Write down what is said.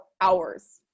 hours